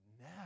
now